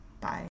Bye